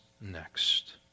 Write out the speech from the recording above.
next